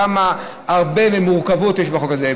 כמה הרבה מורכבות יש בחוק הזה.